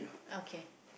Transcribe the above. okay